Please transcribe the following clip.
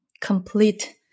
complete